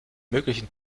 möglichen